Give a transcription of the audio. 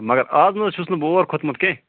مگر اَز نہٕ حظ چھُس نہٕ بہٕ اور کھوٚتمُت کیٚنٛہہ